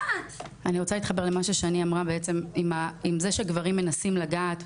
אני רוצה להתחבר למה ששני אמרה על זה שגברים מנסים לגעת ונוגעים.